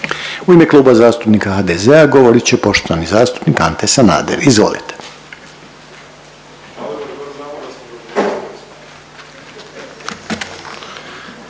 U ime Kluba zastupnika Mosta govorit će poštovani zastupnik Zvonimir Troskot, izvolite.